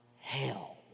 hell